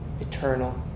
eternal